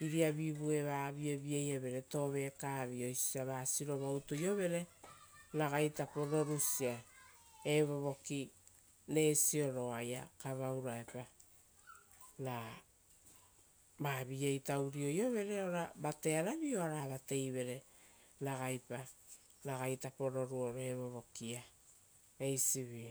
iriavivu eva vievie evere tovekavi oisio osia va sirova utuiovere ragaitapo rorusia evo voki resioro oaia kavauraepa ra vavi-iaita uruioiovere ora vatearavi oara vateivere ragaipa ragaitaporo roruoro evo voki-ia eisivi.